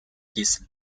his